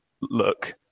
look